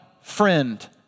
friend